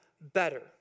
better